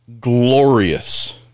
glorious